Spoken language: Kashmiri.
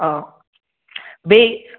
آ بیٚیہِ